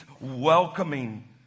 welcoming